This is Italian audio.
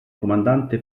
comandante